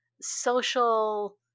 social